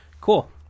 Cool